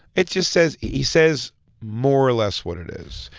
it just says. he says more or less what it is.